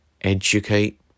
educate